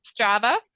Strava